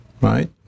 right